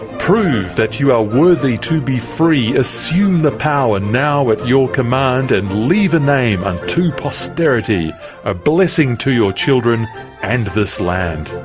prove that you are worthy to be free assume the power now at your command and leave a name unto posterity a blessing to your children and this land.